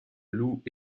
loup